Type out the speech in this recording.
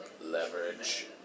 Leverage